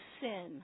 sin